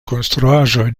konstruaĵoj